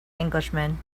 englishman